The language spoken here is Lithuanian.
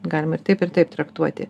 galima ir taip ir taip traktuoti